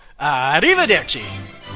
arrivederci